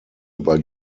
über